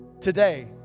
today